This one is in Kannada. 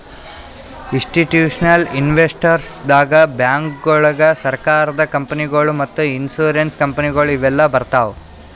ಇಸ್ಟಿಟ್ಯೂಷನಲ್ ಇನ್ವೆಸ್ಟರ್ಸ್ ದಾಗ್ ಬ್ಯಾಂಕ್ಗೋಳು, ಸರಕಾರದ ಕಂಪನಿಗೊಳು ಮತ್ತ್ ಇನ್ಸೂರೆನ್ಸ್ ಕಂಪನಿಗೊಳು ಇವೆಲ್ಲಾ ಬರ್ತವ್